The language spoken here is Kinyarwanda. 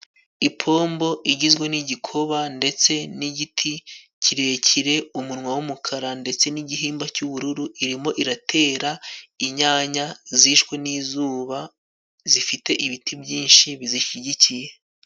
Ipombo igizwe n'igikoba ndetse n'igiti kirekire, umunwa w'umukara ndetse n'gihimba cy'ubururu. Irimo iratera inyanya zishwe n'izuba, zifite ibiti byinshi bizishigikiye.